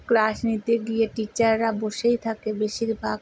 class নিতে গিয়ে টিচাররা বসেই থাকে বেশিরভাগ